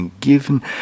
given